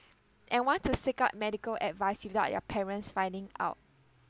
and want to seek out medical advice without their parents finding out